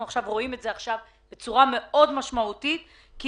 אנחנו רואים את הנזק בצורה מאוד משמעותית כי